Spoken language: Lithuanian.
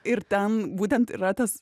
ir ten būtent yra tas